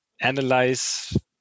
analyze